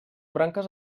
branques